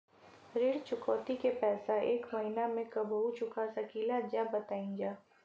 ऋण चुकौती के पैसा एक महिना मे कबहू चुका सकीला जा बताईन जा?